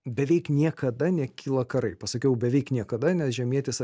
beveik niekada nekyla karai pasakiau beveik niekada nes žemietis